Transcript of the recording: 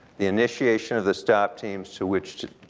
the initiation of the stop teams to which, to,